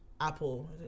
Apple